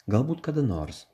galbūt kada nors